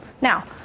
Now